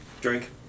drink